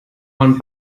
man